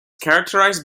characterized